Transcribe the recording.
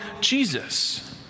Jesus